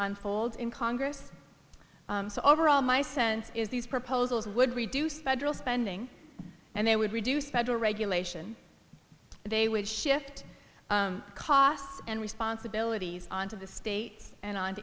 unfolds in congress so overall my sense is these proposals would reduce federal spending and they would reduce federal regulation they would shift costs and responsibilities on to the states and on